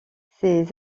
ses